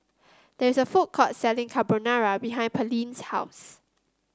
there is a food court selling Carbonara behind Pearline's house